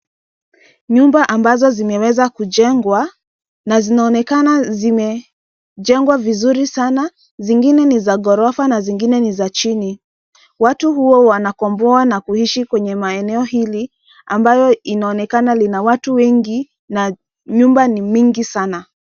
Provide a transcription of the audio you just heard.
Nyumba ambazo zimeweza kujengwa na zinaonekana zimejengwa vizuri sana. Zingine ni za ghorofa na zingine ni za chini. Watu huwa wanakomboa na kuishi maeneo hili ambayo linaonekana ina watu wengi na nyumba ni mingi sana.